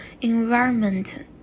environment